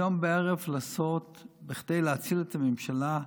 היום בערב, כדי להציל את הממשלה,